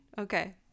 Okay